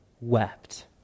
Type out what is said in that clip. wept